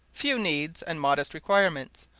few needs and modest requirements.